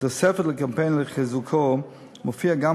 כתוספת לקמפיין ולחיזוקו מופיעה גם